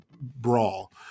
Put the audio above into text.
brawl